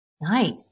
Nice